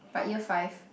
but year five